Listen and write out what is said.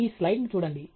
ఈ స్లయిడ్ను చూడండి